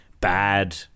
bad